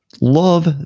love